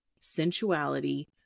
sensuality